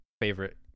favorite